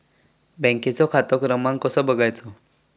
बँकेचो खाते क्रमांक कसो बगायचो?